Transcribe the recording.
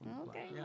Okay